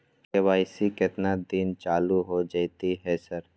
KYC केतना दिन चालू होय जेतै है सर?